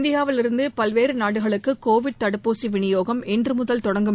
இந்தியாவிலிருந்து பல்வேறு நாடுகளுக்கு கோவிட் தடுப்பூசி விநியோகம் இன்றுமுதல் தொடங்கும்